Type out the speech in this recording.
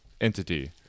entity